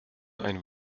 ein